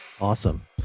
Awesome